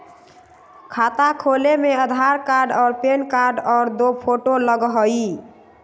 खाता खोले में आधार कार्ड और पेन कार्ड और दो फोटो लगहई?